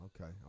Okay